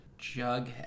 Jughead